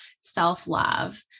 self-love